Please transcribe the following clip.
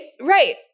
Right